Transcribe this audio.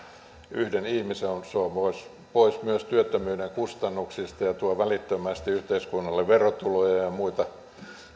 yhden ihmisen se on pois pois myös työttömyyden kustannuksista ja tuo välittömästi yhteiskunnalle verotuloja ja ja muita